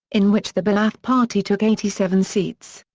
in which the ba'ath party took eighty seven seats.